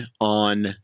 on